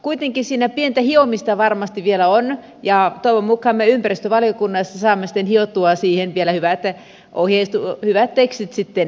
kuitenkin siinä pientä hiomista varmasti vielä on ja toivon mukaan me ympäristövaliokunnassa saamme sitten hiottua siihen vielä hyvät tekstit matkaan